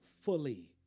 fully